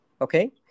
okay